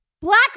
Black